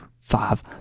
five